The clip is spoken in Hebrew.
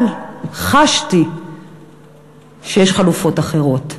אבל חשתי שיש חלופות אחרות,